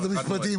משרד המשפטים,